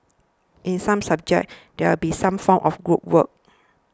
in some subjects there be some form of group work